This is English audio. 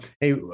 hey